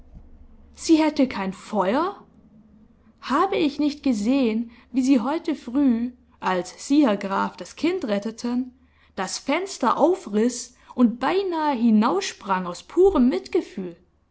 sie hätte kein feuer habe ich nicht gesehen wie sie heute früh als sie herr graf das kind retteten das fenster aufriß und beinahe hinaussprang aus purem mitgefühl